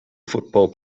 football